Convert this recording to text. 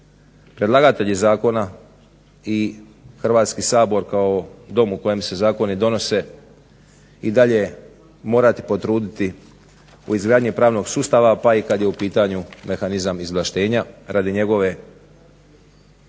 predlagatelji zakona i Hrvatski sabor kao dom u kojem se zakoni donose i dalje morati potruditi u izgradnji pravnog sustava pa i kad je u pitanju mehanizam izvlaštenja radi njegove